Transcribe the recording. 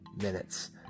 minutes